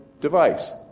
device